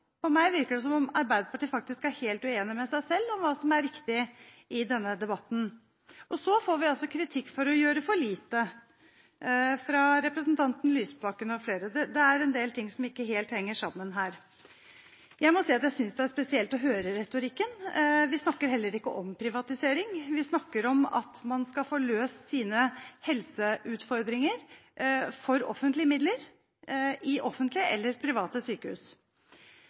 For meg virker det som om Arbeiderpartiet faktisk er helt uenig med seg selv om hva som er riktig i denne debatten. Og så får vi kritikk for å gjøre for lite fra representanten Lysbakken og flere. Det er en del ting som ikke henger helt sammen her. Jeg må si at jeg synes det er spesielt å høre retorikken. Vi snakker heller ikke om privatisering, vi snakker om at man skal få løst sine helseutfordringer – for offentlige midler i offentlige eller private sykehus.